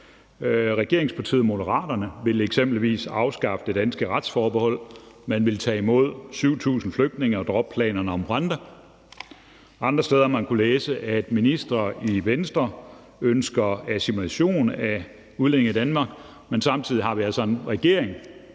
Regeringspartiet Moderaterne vil eksempelvis afskaffe det danske retsforbehold; man vil tage imod 7.000 flygtninge og droppe planerne om Rwanda. Andre steder har man kunnet læse, at ministre i Venstre ønsker assimilation af udlændinge i Danmark, men samtidig har vi altså en regering,